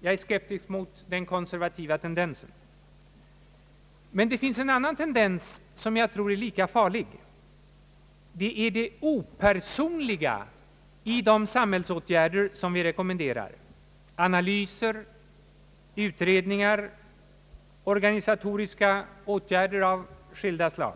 Jag är skeptisk mot den konservativa tendensen, men det finns en annan tendens som jag anser vara lika farlig. Det är det opersonliga i de samhällsåtgärder som vi rekommenderar. Analyser, utredningar, organisatoriska åtgärder av skilda slag